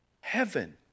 heaven